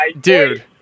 Dude